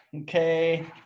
Okay